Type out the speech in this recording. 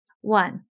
One